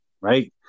right